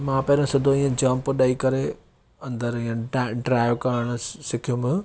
मां पहिरियों सिधो ई जम्प ॾेई करे अंदरु ट्राइ करणु सिखयुमि